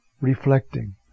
reflecting